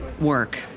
work